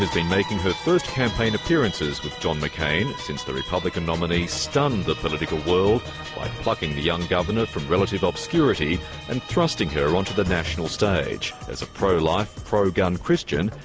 been making her first campaign appearances with john mccain since the republican nominee stunned the political world by plucking the young governor from relative obscurity and thrusting her onto the national stage. as a pro-life, pro-gun christian,